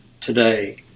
today